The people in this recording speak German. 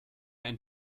ein